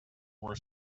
were